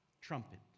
Trumpet